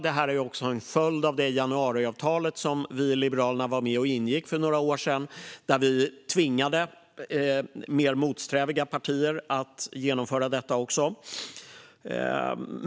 Det här är en följd av det januariavtal som vi i Liberalerna var med och ingick för några år sedan, där vi tvingade mer motsträviga partier att genomföra detta.